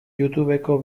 youtubeko